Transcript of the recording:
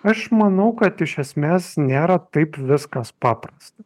aš manau kad iš esmės nėra taip viskas paprasta